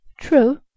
True